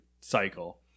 cycle